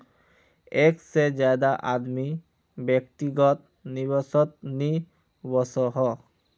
एक से ज्यादा आदमी व्यक्तिगत निवेसोत नि वोसोह